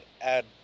add